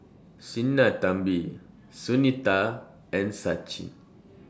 Sinnathamby Sunita and Sachin